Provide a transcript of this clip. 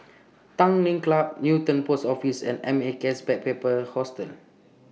Tanglin Club Newton Post Office and M A K S Backpackers Hostel